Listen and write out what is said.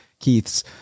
keith's